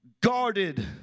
guarded